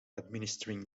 administering